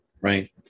right